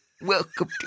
welcome